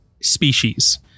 species